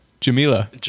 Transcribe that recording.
Jamila